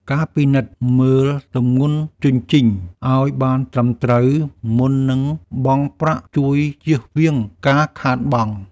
ការពិនិត្យមើលទម្ងន់ជញ្ជីងឱ្យបានត្រឹមត្រូវមុននឹងបង់ប្រាក់ជួយជៀសវាងការខាតបង់។